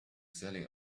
sailing